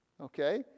Okay